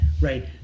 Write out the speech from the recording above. right